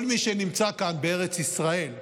כל מי שנמצא כאן בארץ ישראל,